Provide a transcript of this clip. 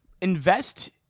Invest